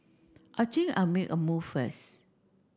I think I'll make a move first